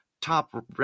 top